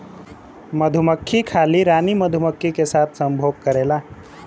मधुमक्खी खाली रानी मधुमक्खी के साथ संभोग करेला